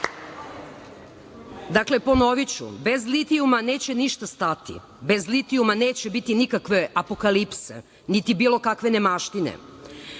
ponoviću bez litijuma neće ništa stati, bez litijuma neće biti nikakve apokalipse, niti bilo kakve nemaštine.